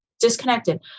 disconnected